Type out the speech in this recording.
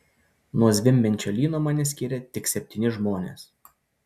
nuo zvimbiančio lyno mane skiria tik septyni žmonės